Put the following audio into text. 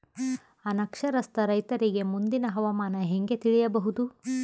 ಅನಕ್ಷರಸ್ಥ ರೈತರಿಗೆ ಮುಂದಿನ ಹವಾಮಾನ ಹೆಂಗೆ ತಿಳಿಯಬಹುದು?